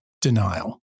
denial